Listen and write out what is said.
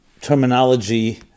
terminology